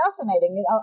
fascinating